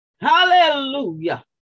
Hallelujah